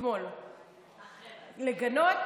לגנות